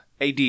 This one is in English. AD